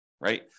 right